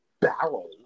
barrel